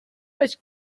much